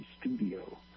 studio